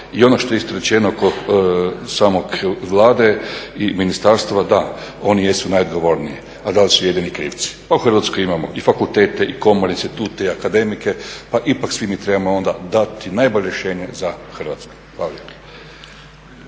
I ono što je isto rečeno kod same Vlade i ministarstva da oni jesu najodgovorniji, a da li su jedini krivci? Pa u Hrvatskoj imamo i fakultete, i komore, institute, i akademike pa ipak svi mi trebamo onda dati najbolje rješenje za Hrvatsku. Hvala